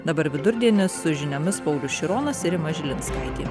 dabar vidurdienis su žiniomis paulius šironas ir rima žilinskaitė